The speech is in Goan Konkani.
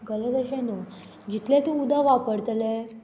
गलत अशें न्हू जितलें तूं उदक वापरतलें